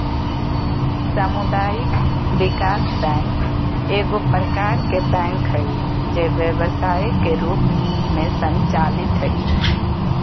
सामुदायिक विकास बैंक एगो प्रकार के बैंक हइ जे व्यवसाय के रूप में संचालित हइ